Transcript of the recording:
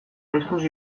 eskuz